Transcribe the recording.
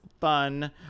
fun